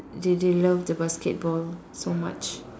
they they love the basketball so much